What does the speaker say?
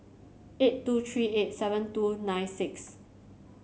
eight two three eight seven two nine six